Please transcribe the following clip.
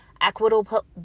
equitable